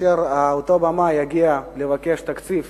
כאשר אותו במאי יגיע לבקש תקציב